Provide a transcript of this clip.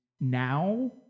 now